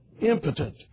impotent